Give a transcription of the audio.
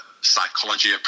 psychology